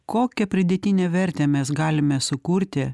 kokią pridėtinę vertę mes galime sukurti